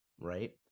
right